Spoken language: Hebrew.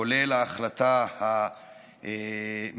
כולל ההחלטה המבישה,